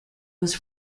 was